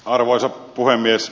arvoisa puhemies